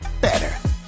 better